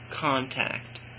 contact